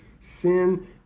sin